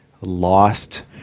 lost